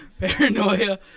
paranoia